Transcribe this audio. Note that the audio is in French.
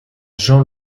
jean